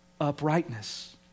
uprightness